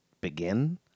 begin